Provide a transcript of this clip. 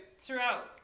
throughout